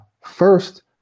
first